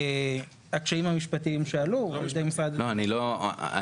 הקשיים המשפטיים שעלו על ידי משרד --- האם